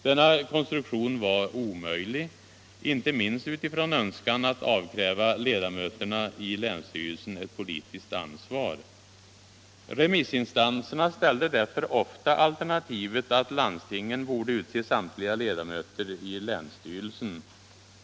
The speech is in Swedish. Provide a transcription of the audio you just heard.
Denna konstruktion var ganska omöjlig, inte minst när det gäller att avkräva ledamöterna i länsstyrelsen ett politiskt ansvar. Remissinstanserna ställde därför ofta alternativet att landstingen borde utse samtliga ledamöter i länsstyrelsen.